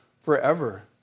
forever